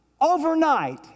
Overnight